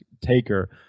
taker